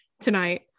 Tonight